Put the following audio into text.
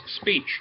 speech